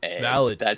Valid